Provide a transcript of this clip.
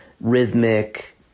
rhythmic